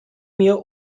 mir